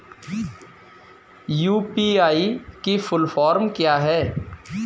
UPI की full form क्या है?